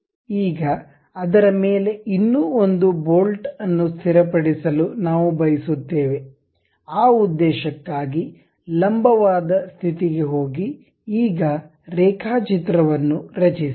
ಈಗ ಅದರ ಮೇಲೆ ಇನ್ನೂ ಒಂದು ಬೋಲ್ಟ್ ಅನ್ನು ಸ್ಥಿರಪಡಿಸಲು ನಾವು ಬಯಸುತ್ತೇವೆ ಆ ಉದ್ದೇಶಕ್ಕಾಗಿ ಲಂಬವಾದ ಸ್ಥಿತಿಗೆ ಹೋಗಿ ಈಗ ರೇಖಾಚಿತ್ರವನ್ನು ರಚಿಸಿ